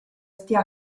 stia